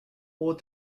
all